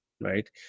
right